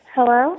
Hello